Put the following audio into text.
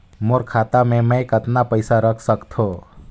मोर खाता मे मै कतना पइसा रख सख्तो?